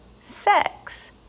sex